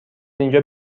اینجا